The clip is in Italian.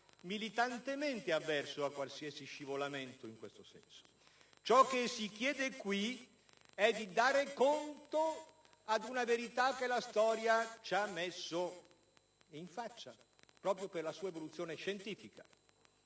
ma avverso a qualunque scivolamento in tal senso. Ciò che si chiede qui è di tenere conto di una verità che la storia ci ha messo in faccia, proprio per la sua evoluzione scientifica,